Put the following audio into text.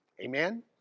Amen